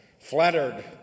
flattered